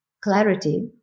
clarity